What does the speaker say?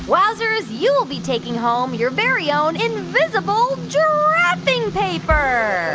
wowzers, you will be taking home your very own invisible giraffing paper